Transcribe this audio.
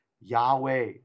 Yahweh